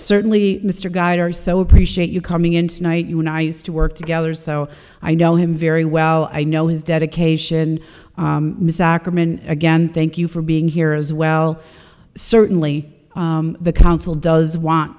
certainly mr gaidar so appreciate you coming in tonight you and i used to work together so i know him very well i know his dedication mrs ackerman again thank you for being here as well certainly the council does want